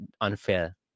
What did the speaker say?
unfair